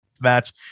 match